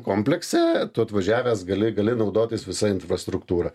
komplekse tu atvažiavęs gali gali naudotis visa infrastruktūra